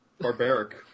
Barbaric